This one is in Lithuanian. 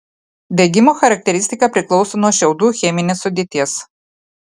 degimo charakteristika priklauso nuo šiaudų cheminės sudėties